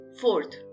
Fourth